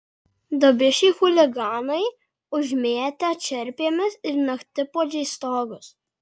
dabišiai chuliganai užmėtę čerpėmis ir naktipuodžiais stogus